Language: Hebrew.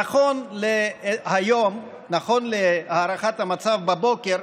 נכון להיום, נכון להערכת המצב בבוקר,